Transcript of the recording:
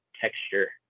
texture